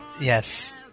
Yes